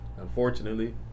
Unfortunately